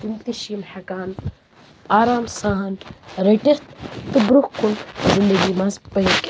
تِم تہِ چھِ یِم ہٮ۪کان آرام سان رٔٹتھ تہٕ برٛۄنٛہہ کُن زندگی منٛز پٔکِتھ